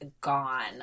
gone